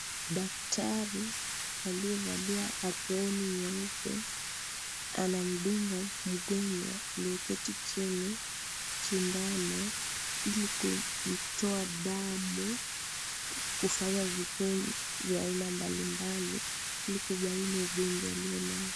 Daktari aliyevalia aproni nyeupe, anamdunga mgonjwa aliyeketi chini, sindano, ili kumtoa damu. kufanya vipimo vya aina mbalimbali, ili kubaini ugonjwa alionao.